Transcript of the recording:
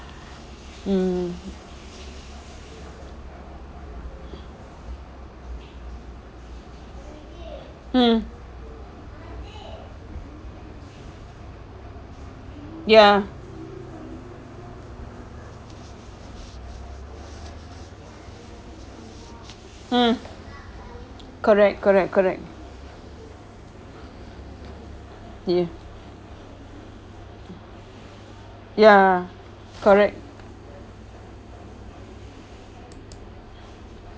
mm mm ya mm correct correct correct ya correct